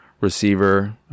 receiver